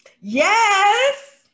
Yes